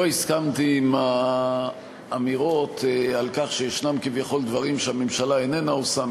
לא הסכמתי עם האמירות על כך שיש כביכול דברים שהממשלה איננה עושה,